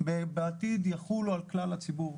בעתיד יחולו על כלל הציבור.